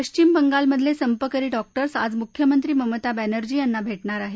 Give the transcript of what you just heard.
पश्चिम बंगालमधले संपकरी डॉक्टर्स आज मुख्यमंत्री ममता बनर्जी यांना भेटणार आहेत